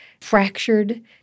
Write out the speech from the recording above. fractured